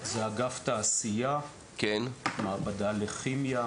באגף תעשייה, במעבדה לכימיה.